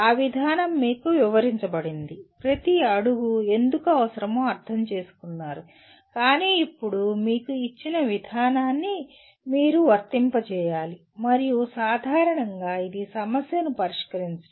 ఆ విధానం మీకు వివరించబడింది ప్రతి అడుగు ఎందుకు అవసరమో అర్థం చేసుకున్నారు కానీ ఇప్పుడు మీకు ఇచ్చిన విధానాన్ని మీరు వర్తింపజేయాలి మరియు సాధారణంగా ఇది సమస్యను పరిష్కరించడం